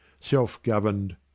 Self-governed